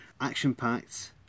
Action-packed